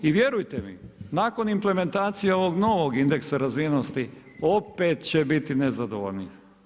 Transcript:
I vjerujte mi, nakon implementacije ovog novog indeksa razvijenosti, opet će biti nezadovoljnih.